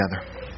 together